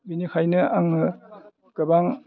बेनिखायनो आङो गोबां